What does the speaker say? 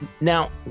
Now